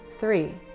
Three